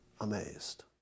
amazed